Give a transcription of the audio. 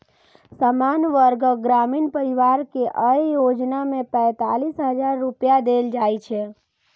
सामान्य वर्गक ग्रामीण परिवार कें अय योजना मे पैंतालिस हजार रुपैया देल जाइ छै